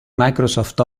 microsoft